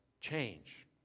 change